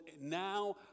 now